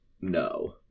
no